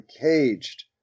caged